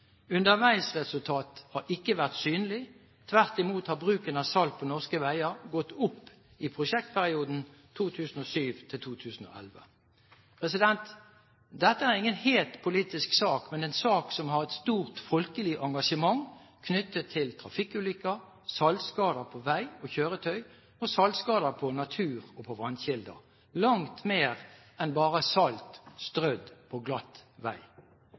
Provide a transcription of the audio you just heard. Underveisresultater har ikke vært synlige, tvert imot har bruken av salt på norske veier gått opp i prosjektperioden 2007–2011. Dette er ingen het politisk sak, men en sak som har et stort folkelig engasjement knyttet til trafikkulykker, saltskader på vei og kjøretøy og saltskader på natur og på vannkilder – langt mer enn bare salt strødd på glatt vei.